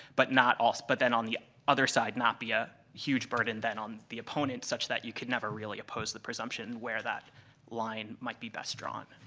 but not also but then, on the other side, not be a huge burden then on the opponent such that you could never really oppose the presumption where that line might be best drawn.